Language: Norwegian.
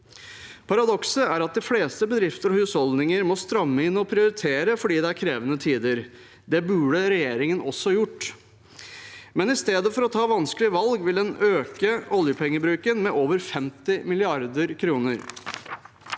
Paradokset er at de fleste bedrifter og husholdninger må stramme inn og prioritere fordi det er krevende tider. Det burde regjeringen også ha gjort. Men i stedet for å ta vanskelige valg vil den øke oljepengebruken med over 50 mrd. kr.